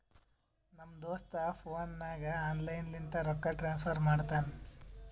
ನಮ್ ದೋಸ್ತ ಫೋನ್ ನಾಗೆ ಆನ್ಲೈನ್ ಲಿಂತ ರೊಕ್ಕಾ ಟ್ರಾನ್ಸಫರ್ ಮಾಡ್ತಾನ